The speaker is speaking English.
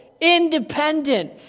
Independent